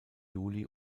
juli